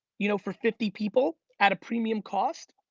you know for fifty people at a premium cost